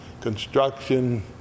construction